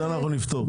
את זה אנחנו נפתור.